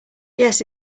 yes